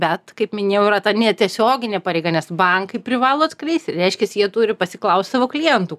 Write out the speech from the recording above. bet kaip minėjau yra ta netiesioginė pareiga nes bankai privalo atskleist ir reiškias jie turi pasiklaust savo klientų